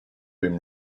been